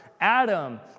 Adam